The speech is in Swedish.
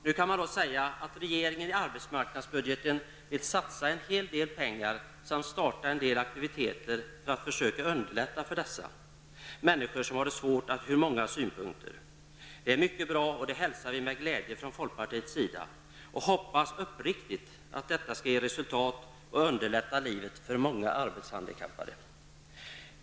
Nu kan man säga att regeringen i budgeten för arbetsmarknadsdepartementet vill satsa en hel del pengar och starta aktiviteter för att försöka underlätta för dessa människor, som har det svårt från många synpunkter. Detta är mycket bra, och det hälsar vi från folkpartiets sida med glädje. Vi hoppas uppriktigt att detta skall ge resultat och underlätta livet för många arbetshandikappade.